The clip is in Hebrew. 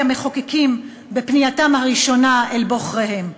המחוקקים בפנייתם הראשונה אל בוחריהם.